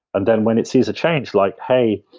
and then when it sees a change like, hey,